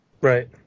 right